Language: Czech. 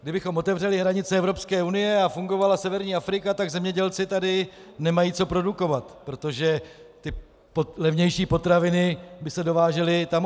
Kdybychom otevřeli hranice Evropské unie a fungovala severní Afrika, tak zemědělci tady nemají co produkovat, protože levnější potraviny by se dovážely odtamtud.